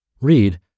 Read